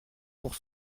pour